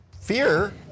fear